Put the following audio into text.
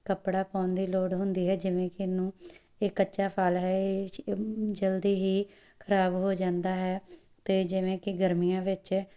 ਕੱਪੜਾ ਪਾਉਣ ਦੀ ਲੋੜ ਹੁੰਦੀ ਹੈ ਜਿਵੇਂ ਕਿ ਇਹਨੂੰ ਇਹ ਕੱਚਾ ਫਲ ਹੈ ਇਹ ਚ ਜਲਦੀ ਹੀ ਖਰਾਬ ਹੋ ਜਾਂਦਾ ਹੈ ਅਤੇ ਜਿਵੇਂ ਕਿ ਗਰਮੀਆਂ ਵਿੱਚ